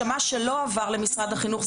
שמה שלא עבר למשרד החינוך,